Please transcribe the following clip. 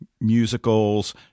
musicals